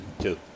Two